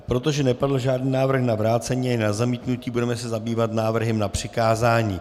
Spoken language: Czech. Protože nepadl žádný návrh na vrácení ani na zamítnutí, budeme se zabývat návrhem na přikázání.